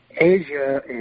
Asia